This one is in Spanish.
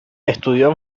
estudió